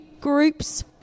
groups